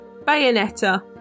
Bayonetta